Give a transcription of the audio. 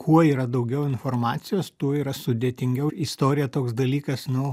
kuo yra daugiau informacijos tuo yra sudėtingiau istorija toks dalykas nu